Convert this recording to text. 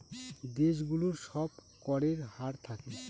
দেশ গুলোর সব করের হার থাকে